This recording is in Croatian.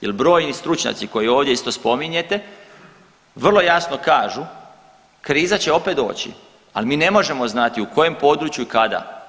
Jer brojni stručnjaci koje ovdje isto spominjete vrlo jasno kažu kriza će opet doći, ali mi ne možemo znati u kojem području i kada.